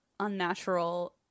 Unnatural